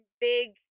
big